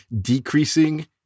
decreasing